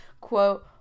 quote